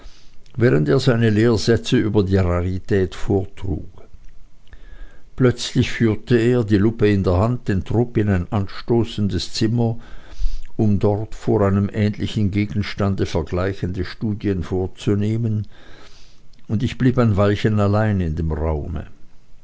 während er seine lehrsätze über die rarität vortrug plötzlich führte er die lupe in der hand den trupp in ein anstoßendes zimmer um dort vor einem ähnlichen gegenstande vergleichende studien vorzunehmen und ich blieb ein weilchen allein in dem raume